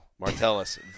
Martellus